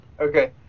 Okay